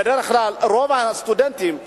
בדרך כלל רוב הסטודנטים שלומדים,